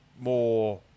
more